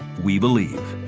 we believe.